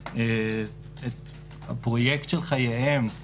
את הפרויקט של חייהם,